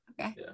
Okay